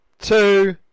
two